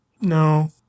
No